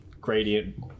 gradient